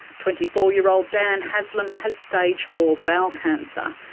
twenty four year old dan haslam has stage four bowel cancer.